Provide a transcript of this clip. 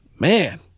man